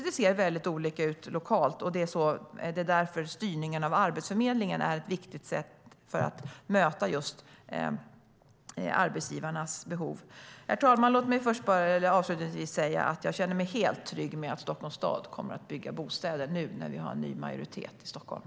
Det ser väldigt olika ut lokalt, och därför är styrningen av Arbetsförmedlingen ett viktigt sätt att möta arbetsgivarnas behov. Herr talman! Låt mig avslutningsvis säga att jag känner mig helt trygg med att Stockholms stad kommer att bygga bostäder nu när vi har en ny majoritet i Stockholm.